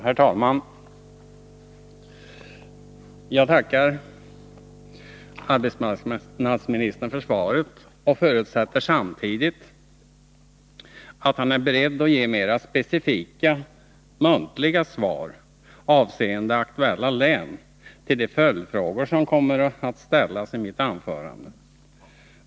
Herr talman! Jag tackar arbetsmarknadsministern för svaret och förutsätter samtidigt att han avseende aktuella län är beredd att ge mera specifika muntliga svar på de följdfrågor som kommer att ställas i mitt anförande.